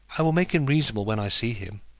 i will make him reasonable when i see him.